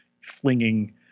flinging